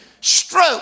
stroke